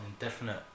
indefinite